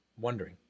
wondering